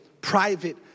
private